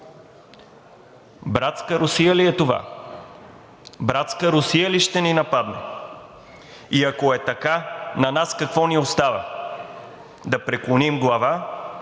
Братска Русия ли е това, братска Русия ли ще ни нападне? И ако е така, на нас какво ни остава – да преклоним глава,